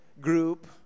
group